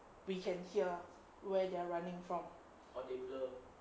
we can hear where they're running from